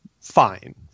fine